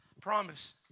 promise